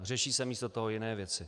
Řeší se místo toho jiné věci.